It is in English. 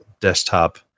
desktop